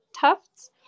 Tufts